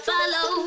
Follow